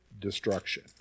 destruction